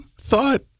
thought